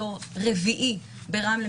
דור רביעי ברמלה,